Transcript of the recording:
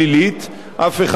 אף אחד כאן לא רוצה,